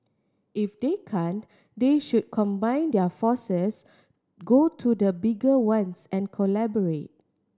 if they can't they should combine their forces go to the bigger ones and collaborate